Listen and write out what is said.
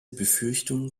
befürchtungen